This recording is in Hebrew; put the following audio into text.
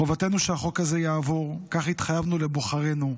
חובתנו שהחוק הזה יעבור, כך התחייבנו לבוחרינו.